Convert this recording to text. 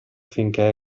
finché